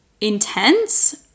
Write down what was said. intense